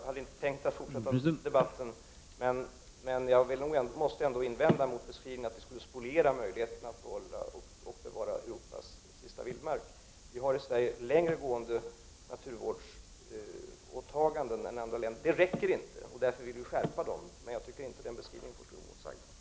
Herr talman! Jag måste invända mot beskrivningen att vi skulle spoliera möjligheterna att bevara Europas sista vildmark. Vi har i Sverige längre gående naturvårdsåtaganden än andra länder, men det räcker inte, och därför vill vi skärpa åtagandena. Ragnhild Pohankas beskrivning får inte stå oemotsagd.